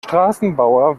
straßenbauer